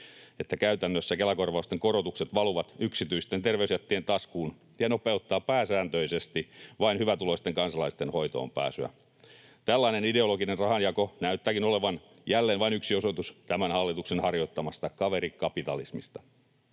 että käytännössä Kela-korvausten korotukset valuvat yksityisten terveysjättien taskuun ja nopeuttavat pääsääntöisesti vain hyvätuloisten kansalaisten hoitoonpääsyä? Tällainen ideologinen rahanjako näyttääkin olevan jälleen vain yksi osoitus tämän hallituksen harjoittamasta kaverikapitalismista.